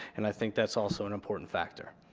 and i think that's also an important factor.